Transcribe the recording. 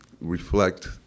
reflect